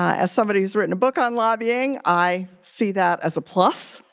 as somebody who's written a book on lobbying, i see that as a plus.